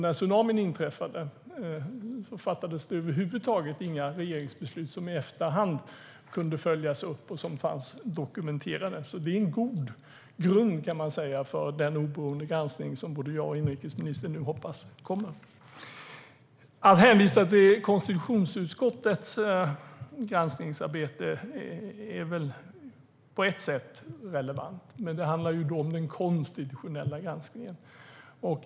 När tsunamin inträffade fattades det över huvud taget inga regeringsbeslut som dokumenterades och i efterhand kunde följas upp. Detta är en god grund, kan man säga, för den oberoende granskning som både jag och inrikesministern nu hoppas kommer. Att hänvisa till konstitutionsutskottets granskningsarbete är väl på ett sätt relevant. Men det handlar då om den konstitutionella granskningen.